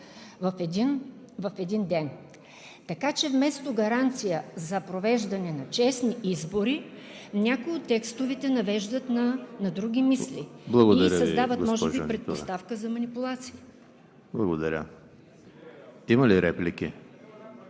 в един ден. Така че вместо гаранция за провеждане на честни избори, някои от текстовете навеждат на други мисли и създават може би предпоставка за манипулация. ПРЕДСЕДАТЕЛ